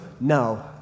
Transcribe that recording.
no